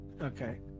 okay